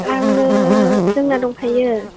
आंनो जोंना दंखायो